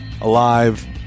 alive